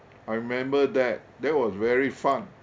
I remember that that was very fun